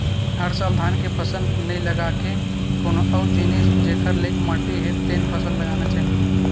हर साल धान के फसल नइ लगा के कोनो अउ जिनिस जेखर लइक माटी हे तेन फसल लगाना चाही